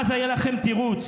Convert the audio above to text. אז היה לכם תירוץ,